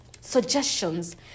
suggestions